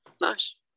Nice